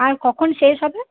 আর কখন শেষ হবে